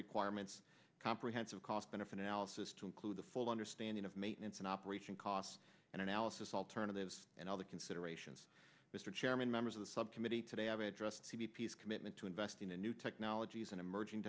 requirements comprehensive cost benefit analysis to include the full understanding of maintenance and operation costs and analysis alternatives and other considerations mr chairman members of the subcommittee today have addressed to b p s commitment to investing in new technologies and emerging